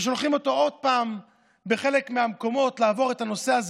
ושולחים אותו עוד פעם בחלק מהמקומות לעבור את הנושא הזה,